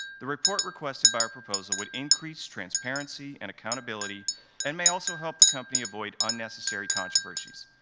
the report requested by our proposal would increase transparency and accountability and may also help the company avoid unnecessary controversies.